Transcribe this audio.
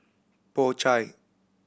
Po Chai